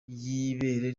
y’ibere